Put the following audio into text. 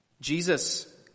Jesus